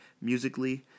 musically